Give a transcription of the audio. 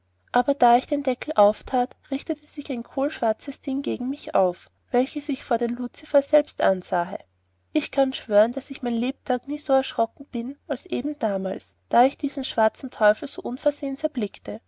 aber da ich den deckel auftät richtete sich ein kohlschwarzes ding gegen mir auf welches ich vor den luzifer selbst ansahe ich kann schwören daß ich mein lebtag nie so erschrocken bin als eben damals da ich diesen schwarzen teufel so unversehens erblickte